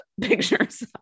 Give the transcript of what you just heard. pictures